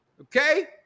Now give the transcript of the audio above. okay